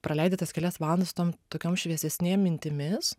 praleidi tas kelias valandas su tom tokiom šviesesnėm mintimis